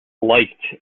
liked